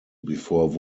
before